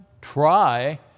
try